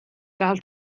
gael